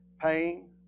Pain